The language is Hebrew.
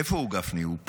איפה הוא, גפני, הוא פה?